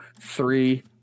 three